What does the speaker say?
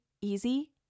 easy